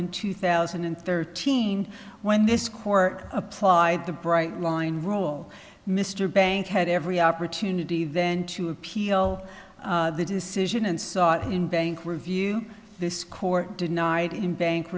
in two thousand and thirteen when this court applied the bright line rule mr bank had every opportunity then to appeal the decision and saw in bank review this court denied him bank